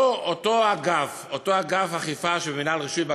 אותו אגף אכיפה של מינהל רישוי,